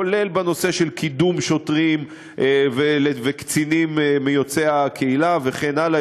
כולל בנושא של קידום שוטרים וקצינים יוצאי הקהילה וכן הלאה,